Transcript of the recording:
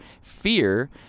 Fear